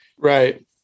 right